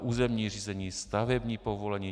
Územní řízení, stavební povolení.